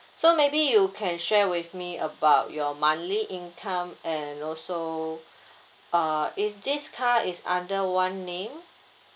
so maybe you can share with me about your monthly income and also uh is this car is under one name